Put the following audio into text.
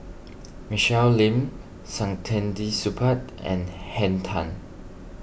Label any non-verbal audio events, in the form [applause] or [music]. [noise] Michelle Lim Saktiandi Supaat and Henn Tan